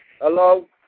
Hello